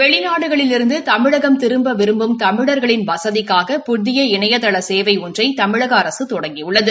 வெளிநாடுகளிலிருந்து தமிழகம் திரும்ப விரும்பும் தமிழா்களின் வசதிக்காக புதிய இணையதள சேவை ஒன்றை தமிழக அரசு தொடங்கியுள்ளது